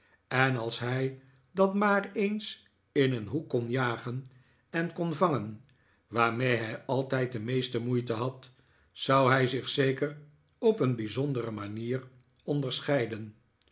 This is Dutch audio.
en als hij dat maar eens in een hoek kon jagen en kon vangen waarmee hij altijd de meeste moeite had zou hij zich zeker op een bijzondere manier onderscheiden